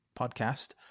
podcast